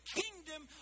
kingdom